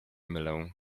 mylę